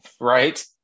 Right